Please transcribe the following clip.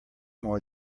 more